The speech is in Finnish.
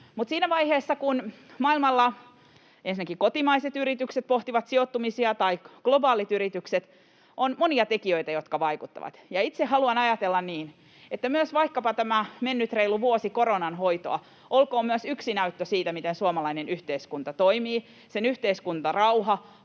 Mutta siinä vaiheessa, kun maailmalla ensinnäkin kotimaiset yritykset tai globaalit yritykset pohtivat sijoittumisia, on monia tekijöitä, jotka vaikuttavat. Itse haluan ajatella niin, että vaikkapa tämä mennyt reilu vuosi koronan hoitoa olkoon myös yksi näyttö siitä, miten suomalainen yhteiskunta toimii, sen yhteiskuntarauha,